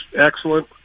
excellent